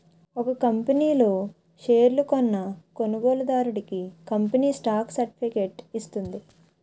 ఒక కంపనీ లో షేర్లు కొన్న కొనుగోలుదారుడికి కంపెనీ స్టాక్ సర్టిఫికేట్ ఇస్తుంది